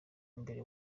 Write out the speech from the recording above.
mbere